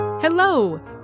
Hello